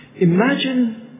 Imagine